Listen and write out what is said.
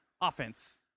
offense